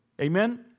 Amen